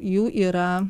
jų yra